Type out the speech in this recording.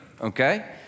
Okay